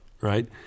right